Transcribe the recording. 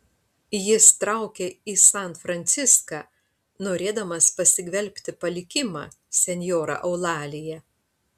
jis traukia į san franciską norėdamas pasigvelbti palikimą senjora eulalija